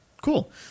cool